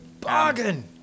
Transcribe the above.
bargain